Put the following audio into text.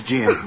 Jim